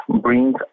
brings